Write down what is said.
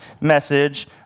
message